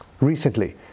recently